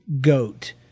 goat